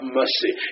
mercy